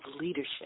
leadership